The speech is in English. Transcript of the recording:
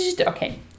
Okay